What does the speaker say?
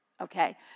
okay